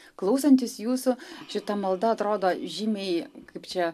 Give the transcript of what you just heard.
klausantis jūsų šita malda atrodo žymiai kaip čia